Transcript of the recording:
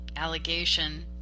allegation